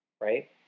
right